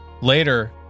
Later